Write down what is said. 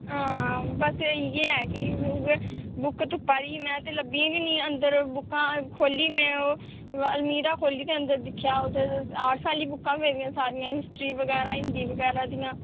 हां बस इ'यै ऐ कि उ'ऐ बुक तुप्पै दी ही में ते लब्भी गै नेईं अंदर बुक्कां खोह्ल्ली में ओह् अलमीरा खोह्ल्ली ते अंदर दिक्खेआ उत्थै ते आर्टस आह्लियां बुक्कां पेदियां सारियां हिस्ट्री बगैरा हिंदी बगैरा दियां